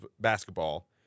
basketball